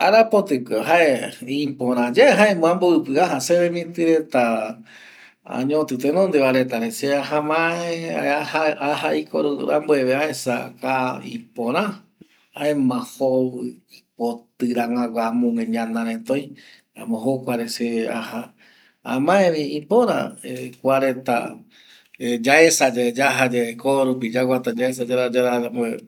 Arapoti ko jae ipora yae jaema amboipi aja seremiti tenondeva aja ame aja aiko rambueve va aes ko kä ipora jaema jovi ipoti rangagua amogüe ñana reta oi jaema jokua re vi se aja amaevi esa ya no ipora yaesa korupi